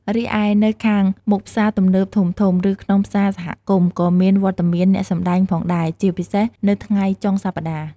រីឯ នៅខាងមុខផ្សារទំនើបធំៗ ឬក្នុងផ្សារសហគមន៍ក៏មានវត្តមានអ្នកសម្ដែងផងដែរ ជាពិសេសនៅថ្ងៃចុងសប្ដាហ៍។